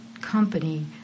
company